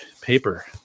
paper